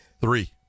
three